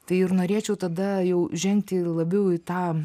tai ir norėčiau tada jau žengti į labiau į tą